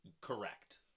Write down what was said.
Correct